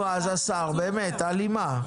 נו, אז השר, באמת, הלימה.